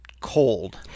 cold